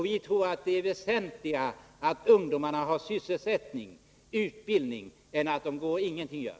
Vi tror att det är väsentligare att ungdomarna har sysselsättning och utbildning än att de ingenting gör.